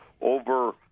over